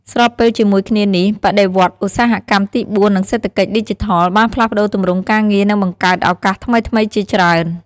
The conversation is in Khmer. ស្របពេលជាមួយគ្នានេះ បដិវត្តន៍ឧស្សាហកម្មទី ៤ និងសេដ្ឋកិច្ចឌីជីថល បានផ្លាស់ប្តូរទម្រង់ការងារ និងបង្កើតឱកាសថ្មីៗជាច្រើន។